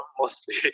mostly